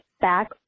back